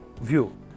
view